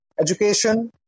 Education